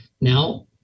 now